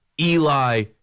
Eli